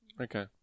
Okay